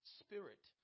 spirit